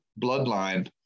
bloodline